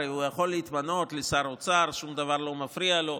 הרי הוא יכול להתמנות לשר אוצר שום דבר לא היה מפריע לו,